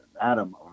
Adam